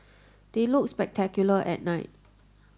they look spectacular at night